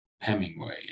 Hemingway